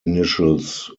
initials